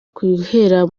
guhera